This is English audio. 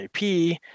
IP